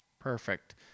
Perfect